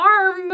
arm